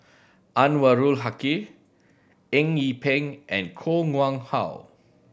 Anwarul Haque Eng Yee Peng and Koh Nguang How